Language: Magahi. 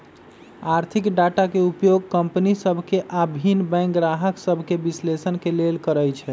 आर्थिक डाटा के उपयोग कंपनि सभ के आऽ भिन्न बैंक गाहक सभके विश्लेषण के लेल करइ छइ